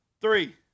three